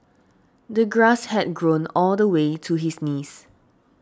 the grass had grown all the way to his knees